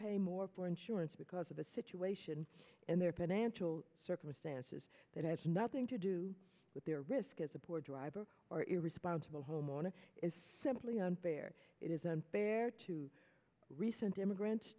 pay more for insurance because of a situation in their financial circumstances that has nothing to do with their risk is a poor driver or irresponsible homeowner is simply unfair it is unfair to recent immigrants